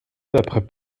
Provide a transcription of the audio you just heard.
après